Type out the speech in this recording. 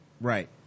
right